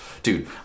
Dude